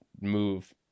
move